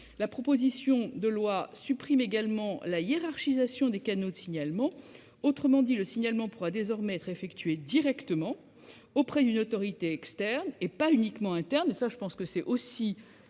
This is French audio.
aboutie. Le texte supprime également la hiérarchisation des canaux de signalement. Autrement dit, le signalement pourra désormais être effectué directement auprès d'une autorité externe et pas uniquement interne.